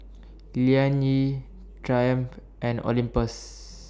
Liang Yi Triumph and Olympus